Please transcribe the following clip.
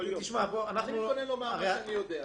אני מתכונן לומר מה שאני יודע.